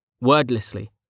Wordlessly